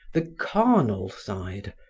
the carnal side,